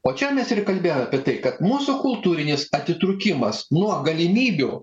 o čia mes ir kalbėjom apie tai kad mūsų kultūrinis atitrūkimas nuo galimybių